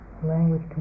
language